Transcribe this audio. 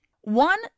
One